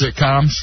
sitcoms